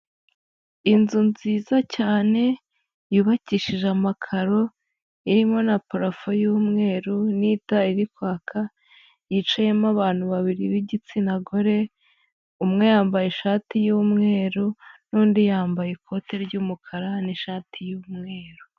Inzu nziza cyane yubakishije amakaro, irimo na parofo y'umweru, n'itara riri kwaka, yicayemo abantu babiri b'igitsina gore, umwe yambaye ishati y'umweru n'undi yambaye ikote ry'umukara n'ishati y'umweru.